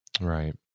Right